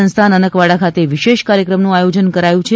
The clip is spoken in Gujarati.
સંસ્થા નનકવાડા ખાતે વિશેષ કાર્યક્રમનું આયોજન કરાયું છે